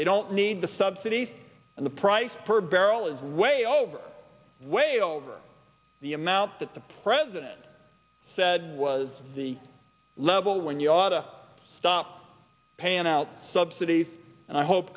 they don't need the subsidy and the price per barrel is way over way over the amount that the president said was the level when you ought to stop paying out subsidy and i hope